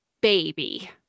baby